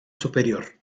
superior